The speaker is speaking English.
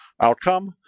outcome